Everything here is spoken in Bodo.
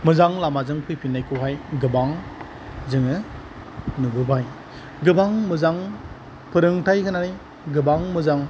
मोजां लामाजों फैफिननायखौहाय गोबां जोङो नुबोबाय गोबां मोजां फोरोंथाय होनानै गोबां मोजां